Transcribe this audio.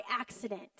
accident